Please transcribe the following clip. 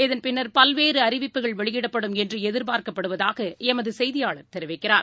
தென்பின்னர் பல்வேறுஅறிவிப்புகள் வெளியிடப்படும் என்றுஎதிர்ப்பார்க்கப்படுவதாகஎமதுசெய்தியாளர் தெரிவிக்கிறார்